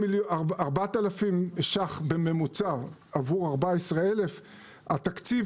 4,000 שקלים בממוצע עבור 14,000. התקציב